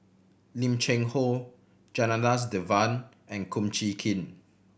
Lim Cheng Hoe Janadas Devan and Kum Chee Kin